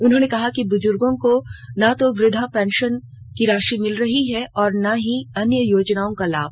उन्होंने कहा कि बुज़ुर्गों को न तो वृद्वा पेंशन की राशि मिल रही है और ना ही अन्य योजनाओं का लाभ